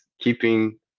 keeping